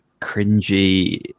cringy